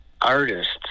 artists